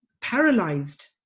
paralyzed